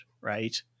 right